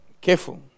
careful